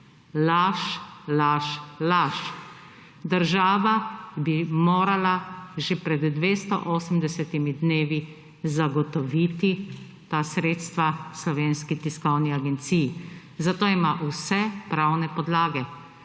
laž, laž, laž. Država bi morala že pred 280 dnevi zagotoviti ta sredstva Slovenski tiskovni agenciji. Za to ima vse pravne podlage.